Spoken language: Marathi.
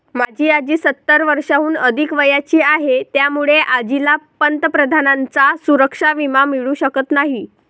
माझी आजी सत्तर वर्षांहून अधिक वयाची आहे, त्यामुळे आजीला पंतप्रधानांचा सुरक्षा विमा मिळू शकत नाही